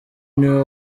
niwe